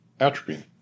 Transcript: atropine